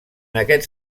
aquests